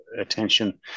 attention